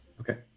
Okay